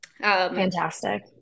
fantastic